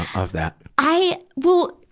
of that? i, well,